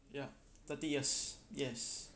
ya thirty years yes